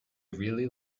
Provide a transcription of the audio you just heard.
really